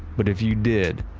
but if you did,